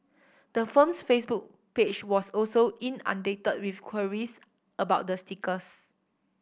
the firm's Facebook page was also inundated with queries about the stickers